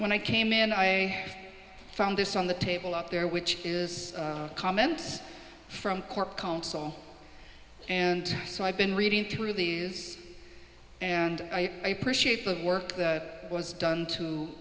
when i came in i found this on the table out there which is comments from court counsel and so i've been reading through these and i appreciate the work that was done to